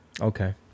Okay